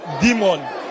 Demon